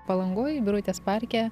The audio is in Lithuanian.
palangoj birutės parke